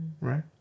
right